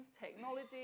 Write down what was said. technology